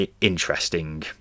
interesting